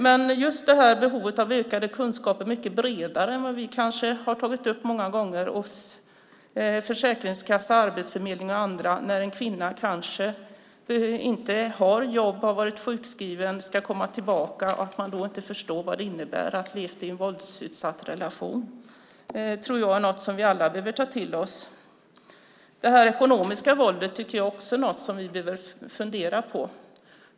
Det finns ett behov av kunskaper som är mycket bredare hos försäkringskassa, arbetsförmedling och andra än det som vi många gånger har tagit upp. När en kvinna som inte har jobb, har varit sjukskriven och ska komma tillbaka förstår man inte vad det innebär att ha levt i en våldsutsatt relation. Det tror jag är något som vi alla behöver ta till oss. Det ekonomiska våldet tycker jag också är något som vi behöver fundera på.